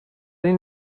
این